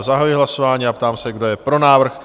Zahajuji hlasování a ptám se, kdo je pro návrh?